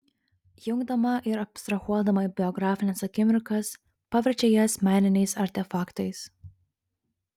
jungdama ir abstrahuodama biografines akimirkas paverčia jas meniniais artefaktais